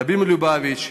הרבי מלובביץ'